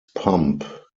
pump